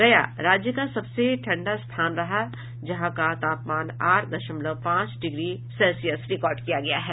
गया राज्य का सबसे ठंड स्थान रहा जहां का तापमान आठ दशमलव पांच डिग्री सेल्सियस रिकार्ड किया गया है